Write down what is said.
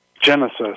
Genesis